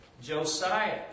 Josiah